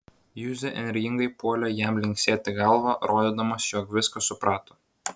juzė energingai puolė jam linksėti galva rodydamas jog viską suprato